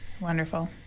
Wonderful